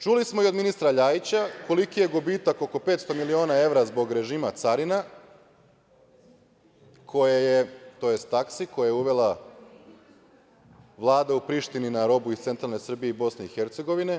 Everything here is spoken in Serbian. Čuli smo i od ministara Ljajića koliki je gubitak oko 500 miliona evra zbog režima carina, tj. taksi koje je uvela Vlada u Prištini na robu iz centralne Srbije i Bosne i Hercegovine.